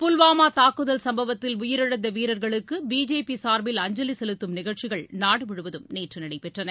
புல்வாமா தாக்குதல் சம்பவத்தில் உயிரிழந்த வீரர்களுக்கு பிஜேபி சார்பில் அஞ்சலி செலுத்தும் நிகழ்ச்சிகள் நாடு முழுவதும் நேற்று நடைபெற்றன